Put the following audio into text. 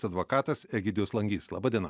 advokatas egidijus langys laba diena laba diena